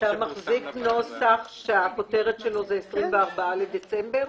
אתה מחזיק נוסח שהכותרת שלו זה "24 בדצמבר"?